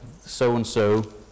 so-and-so